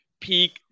peak